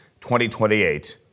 2028